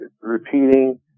Repeating